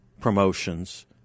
promotions